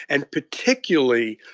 and particularly,